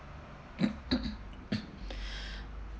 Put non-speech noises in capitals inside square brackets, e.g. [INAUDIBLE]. [COUGHS] [BREATH]